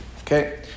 Okay